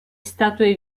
statue